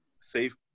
safe